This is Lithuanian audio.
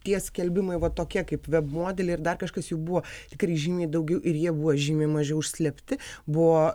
tie skelbimai va tokie kaip veb modeliai ir dar kažkas jų buvo tikrai žymiai daugiau ir jie buvo žymiai mažiau užslėpti buvo